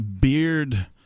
Beard